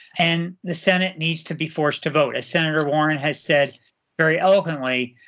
and the senate needs to be forced to vote. as senator warren has said very eloquently,